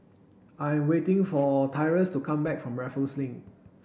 I'm waiting for Tyrus to come back from Raffles Link